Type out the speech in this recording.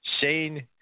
Shane